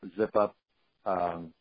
zip-up